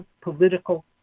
political